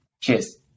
cheers